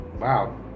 wow